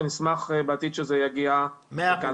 ונשמח בעתיד שזה יגיע לכאן,